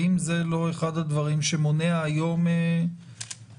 האם זה לא אחד הדברים שמונע היום בחינה